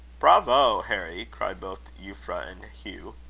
bravo! harry! cried both euphra and hugh.